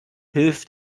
hilft